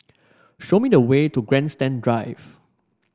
show me the way to Grandstand Drive